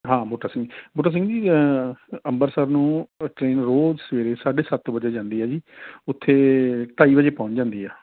ਹਾਂ ਬੂਟਾ ਸਿੰਘ ਬੂਟਾ ਸਿੰਘ ਜੀ ਅੰਬਰਸਰ ਨੂੰ ਟ੍ਰੇਨ ਰੋਜ਼ ਸਵੇਰੇ ਸਾਢੇ ਸੱਤ ਵਜੇ ਜਾਂਦੀ ਹੈ ਜੀ ਉੱਥੇ ਢਾਈ ਵਜੇ ਪਹੁੰਚ ਜਾਂਦੀ ਹੈ